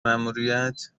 ماموریت